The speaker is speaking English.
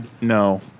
No